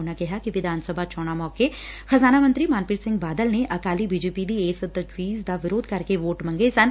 ਉਨੂਾ ਕਿਹਾ ਕਿ ਵਿਧਾਨ ਸਭਾ ਚੋਣਾ ਮੌਕੇ ਖਜ਼ਾਨਾ ਮੰਤਰੀ ਮਨਪ੍ਰੀਤ ਸਿੰਘ ਬਾਦਲ ਨੇ ਅਕਾਲੀ ਬੀਜੇਪੀ ਦੀ ਇਸ ਤਜਵੀਜ਼ ਦਾ ਵਿਰੋਧ ਕਰਕੇ ਵੋਟ ਮੰਗੇ ਸਨ